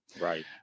Right